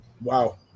wow